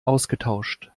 ausgetauscht